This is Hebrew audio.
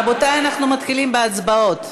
רבותי, אנחנו מתחילים בהצבעות.